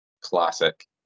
classic